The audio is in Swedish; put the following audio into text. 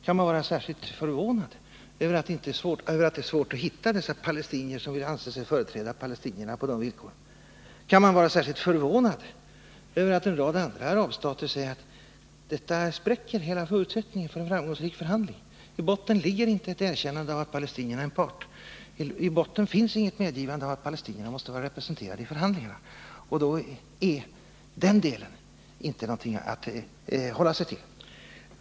Kan man vara särskilt förvånad över att det är svårt att hitta palestinier som vill företräda palestinierna på de villkoren? Kan man vara särskilt förvånad över att en rad andra arabstater säger att detta spräcker förutsättningarna för en framgångsrik förhandling? I botten ligger inte ett erkännande av att palestinierna är en part. I botten finns inget medgivande av att palestinierna måste vara representerade i förhandlingarna. Och då är den delen inte någonting att hålla sig till.